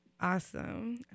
Awesome